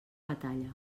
batalla